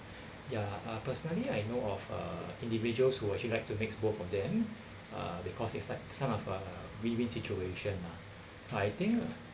ya uh personally I know of uh individuals who actually like to mix both of them uh because it's like some of uh win win situation ah I think